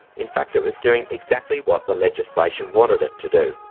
in fact it was doing exactly what the legislation wanted it to do.